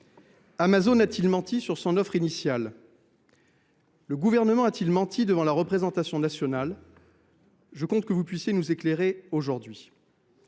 Amazon a t il menti sur son offre initiale ? Le Gouvernement a t il menti devant la représentation nationale ? J’attends de vous que vous puissiez nous éclairer à